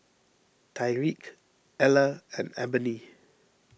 Tyreke Eller and Ebony